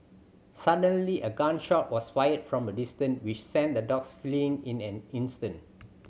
suddenly a gun shot was fired from a distance which sent the dogs fleeing in an instant